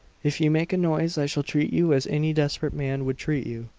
if you make a noise, i shall treat you as any desperate man would treat you!